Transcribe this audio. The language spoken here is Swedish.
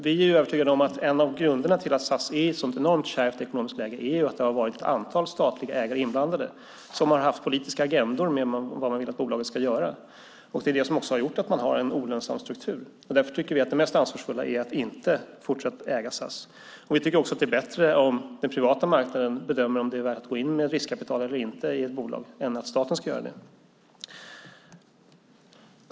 Vi är övertygade om att en av grunderna till att SAS är i ett sådant enormt kärvt ekonomiskt läge är att det har varit ett antal statliga ägare inblandade som har haft politiska agendor med vad man vill att bolaget ska göra. Det är det som också har gjort att man har en olönsam struktur. Därför tycker vi att det mest ansvarsfulla är att inte fortsätta att äga SAS. Vi tycker också att det är bättre att den privata marknaden bedömer om det är värt att gå in med riskkapital eller inte i ett bolag än att staten ska göra det.